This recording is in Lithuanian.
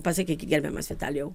pasakykit gerbiamas vitalijau